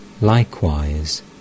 Likewise